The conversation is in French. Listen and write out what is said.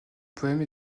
poèmes